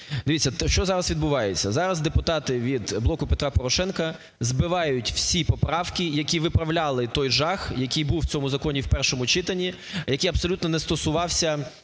Дивіться, що зараз відбувається? Зараз депутати від "Блоку Петра Порошенка" збивають всі поправки, які виправляли той жах, який був у цьому законі у першому читанні, який абсолютно не стосувався